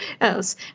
else